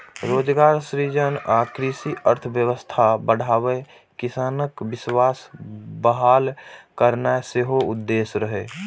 रोजगार सृजन आ कृषि अर्थव्यवस्था बढ़ाके किसानक विश्वास बहाल करनाय सेहो उद्देश्य रहै